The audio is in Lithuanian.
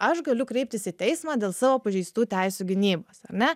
aš galiu kreiptis į teismą dėl savo pažeistų teisių gynybos ar ne